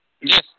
Yes